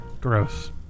gross